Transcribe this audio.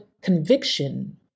conviction